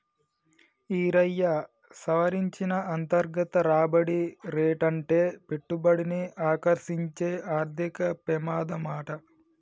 ఈరయ్యా, సవరించిన అంతర్గత రాబడి రేటంటే పెట్టుబడిని ఆకర్సించే ఆర్థిక పెమాదమాట